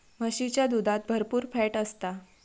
म्हशीच्या दुधात भरपुर फॅट असता